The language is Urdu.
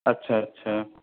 اچھا اچھا